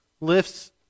lifts